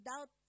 doubt